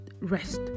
rest